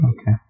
Okay